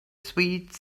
sweet